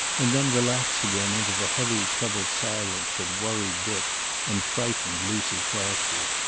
and then relapse again into the heavy troubled silence that worried dick and frightened lucy crosby.